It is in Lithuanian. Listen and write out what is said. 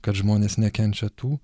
kad žmonės nekenčia tų